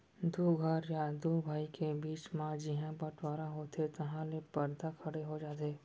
दू घर या दू भाई के बीच म जिहॉं बँटवारा होथे तहॉं ले परदा खड़े हो जाथे